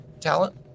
talent